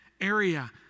area